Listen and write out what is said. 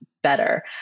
better